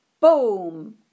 boom